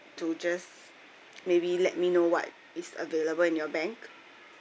to just maybe let me know what is available in your bank